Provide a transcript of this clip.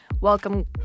welcome